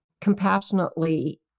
compassionately